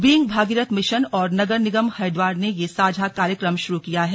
being Bhagirath mission और नगर निगम हरिद्वार ने यह साझा कार्यक्रम शुरू किया है